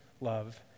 love